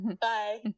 bye